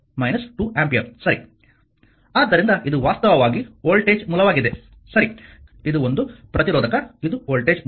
ಆದ್ದರಿಂದ ಇದು ವಾಸ್ತವವಾಗಿ ವೋಲ್ಟೇಜ್ ಮೂಲವಾಗಿದೆ ಸರಿ ಇದು ಒಂದು ಪ್ರತಿರೋಧಕ ಇದು ವೋಲ್ಟೇಜ್ ಮೂಲ